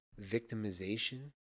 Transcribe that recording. victimization